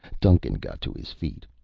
duncan got to his feet,